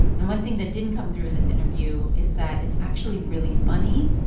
and one thing that didn't come through in this interview is that it's actually really funny.